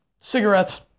cigarettes